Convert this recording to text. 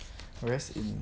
whereas in